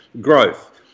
growth